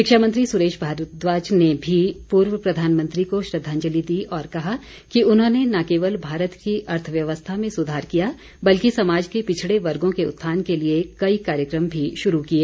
शिक्षा मंत्री सुरेश भारद्वाज ने भी पूर्व प्रधानमंत्री को श्रद्वांजलि दी और कहा कि उन्होंने न केवल भारत की अर्थव्यवस्था में सुधार किया बल्कि समाज के पिछड़े वर्गों के उत्थान के लिए कई कार्यक्रम भी शुरू किए